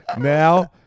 now